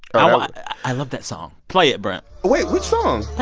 i love that song. play it, brent wait, which song?